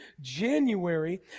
January